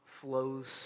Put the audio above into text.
flows